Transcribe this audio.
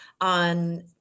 on